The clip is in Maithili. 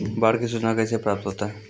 बाढ की सुचना कैसे प्राप्त होता हैं?